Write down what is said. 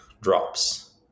drops